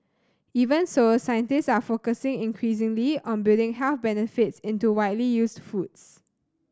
even so scientists are focusing increasingly on building health benefits into widely used foods